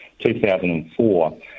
2004